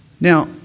Now